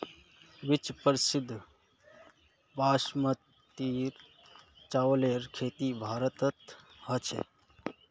विश्व प्रसिद्ध बासमतीर चावलेर खेती भारतत ह छेक